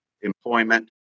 employment